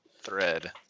thread